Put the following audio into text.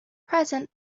present